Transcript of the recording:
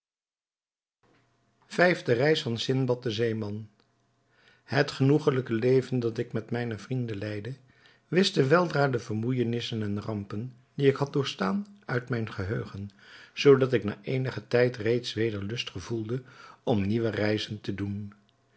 vijfde reis van sindbad den zeeman het genoegelijke leven dat ik met mijne vrienden leidde wischte weldra de vermoeijenissen en rampen die ik had doorgestaan uit mijn geheugen zoodat ik na eenigen tijd reeds weder lust gevoelde om nieuwe reizen te doen